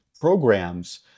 programs